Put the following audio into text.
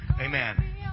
Amen